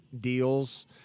deals